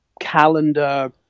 calendar